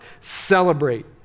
celebrate